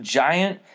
giant